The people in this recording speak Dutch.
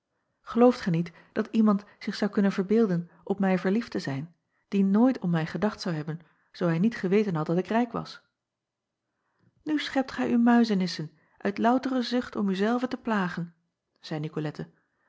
elooft gij niet dat iemand zich zou acob van ennep laasje evenster delen kunnen verbeelden op mij verliefd te zijn die nooit om mij gedacht zou hebben zoo hij niet geweten had dat ik rijk was u schept gij u muizenissen uit loutere zucht om u zelve te plagen zeî icolette